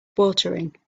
watering